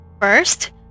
First